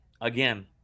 Again